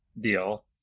deal